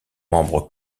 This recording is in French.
membre